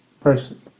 person